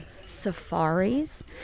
safaris